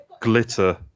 glitter